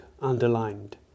underlined